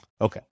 Okay